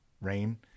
rain